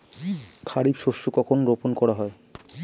খারিফ শস্য কখন রোপন করা হয়?